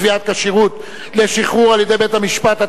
קביעת כשירות לשחרור על-ידי בית-המשפט),